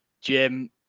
Jim